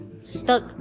stuck